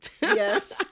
yes